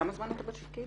כמה זמן אתה בתפקיד?